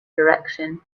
direction